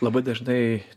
labai dažnai